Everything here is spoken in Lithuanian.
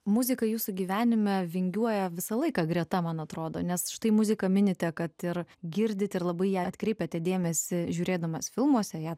muzika jūsų gyvenime vingiuoja visą laiką greta man atrodo nes štai muziką minite kad ir girdite ir labai atkreipiate dėmesį žiūrėdamas filmuose ją